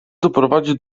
doprowadzi